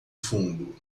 fundo